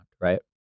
right